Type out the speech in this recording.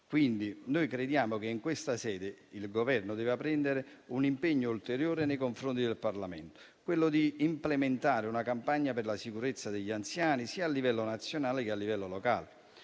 Noi crediamo che in questa sede il Governo debba prendere un impegno ulteriore nei confronti del Parlamento: quello di implementare una campagna per la sicurezza degli anziani, sia a livello nazionale che a livello locale.